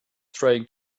trying